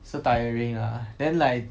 so tiring ah then like